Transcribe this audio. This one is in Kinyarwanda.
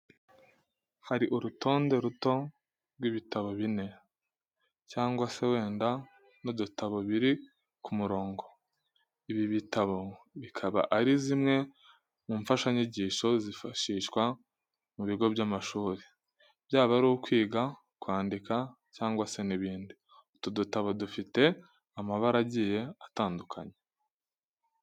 Hari urutonde ruto rw'ibitabo bine, cyangwa se wenda n'udutabo, biri ku murongo. Ibi bitabo bikaba ari zimwe mu mfashanyigisho z'ifashishwa mu bigo by'amashuri, byaba ari kwiga kwandika cyangwa se n'ibindi. Utu dutabo dufite amabara agiye atandukanye.